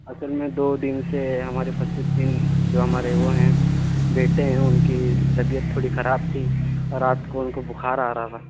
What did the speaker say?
اصل میں دو دن سے ہمارے فصیح الدین جو ہمارے وہ ہیں بیٹے ہیں ان کی طبیعت تھوڑی خراب تھی اور رات کو ان کو بخار آ رہا تھا